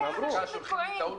מלא אנשים תקועים.